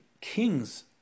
kings